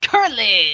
Curly